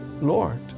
Lord